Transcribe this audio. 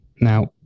Now